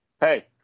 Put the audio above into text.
hey